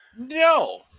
No